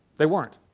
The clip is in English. they weren't.